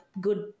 good